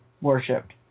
worshipped